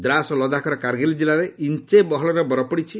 ଦ୍ରାସ ଓ ଲଦାଖ୍ର କାର୍ଗିଲ୍ ଜିଲ୍ଲାରେ ଇଞ୍ଚେ ବହଳର ବରଫ ପଡ଼ିଛି